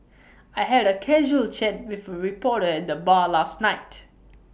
I had A casual chat with reporter the bar last night